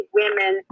women